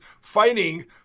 fighting